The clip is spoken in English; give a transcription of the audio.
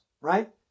right